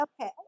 Okay